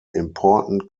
important